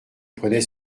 prenait